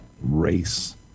race